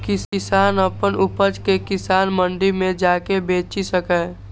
किसान अपन उपज कें किसान मंडी मे जाके बेचि सकैए